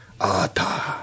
Ata